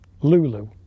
lulu